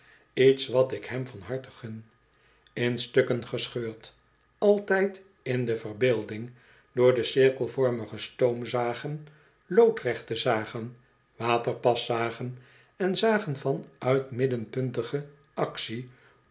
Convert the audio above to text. iets wat ik hem van harte gun ïn stukken gescheurd altijd in de verbeelding door de cirkelvormige stoomzagen loodrechte zagen waterpaszagen en zagen van uitmiddenpuntige actie